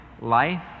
life